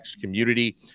community